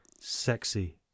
sexy